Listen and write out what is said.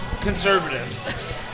conservatives